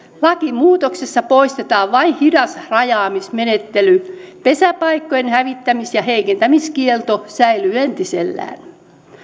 lakimuutoksessa poistetaan vain hidas rajaamismenettely pesäpaikkojen hävittämis ja heikentämiskielto säilyy entisellään